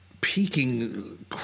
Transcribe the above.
peaking